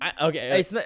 Okay